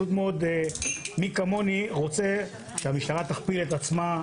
מי כמוני רוצה שהמשטרה תכפיל את עצמה,